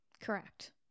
Correct